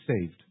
saved